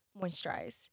moisturize